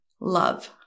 Love